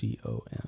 C-O-M